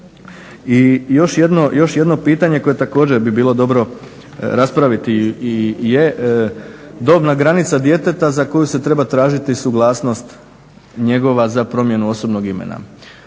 I još jedno pitanje koje bi također bilo dobro raspraviti je dobna granica djeteta za koju se treba tražiti suglasnost njegova za promjenu osobnog imena.